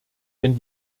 wenn